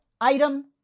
item